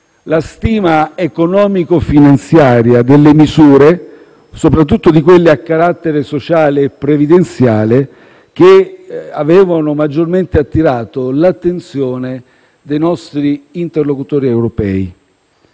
la stima economico-finanziaria delle misure, soprattutto di quelle a carattere sociale e previdenziale, che avevano maggiormente attirato l'attenzione dei nostri interlocutori europei.